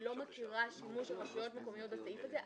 אני לא מכירה שימוש ברשויות מקומיות בסעיף הזה,